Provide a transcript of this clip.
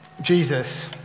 Jesus